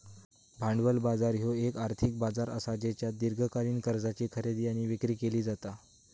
भांडवल बाजार ह्यो येक आर्थिक बाजार असा ज्येच्यात दीर्घकालीन कर्जाची खरेदी आणि विक्री केली जाता